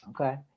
Okay